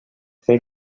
fer